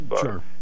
Sure